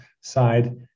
side